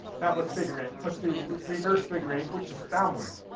that was figure eight. let's do reverse figure eight, which is downward.